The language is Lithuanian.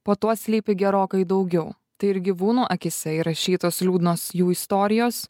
po tuo slypi gerokai daugiau tai ir gyvūnų akyse įrašytos liūdnos jų istorijos